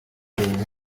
abandi